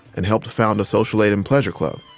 and helped found a social aid and pleasure club.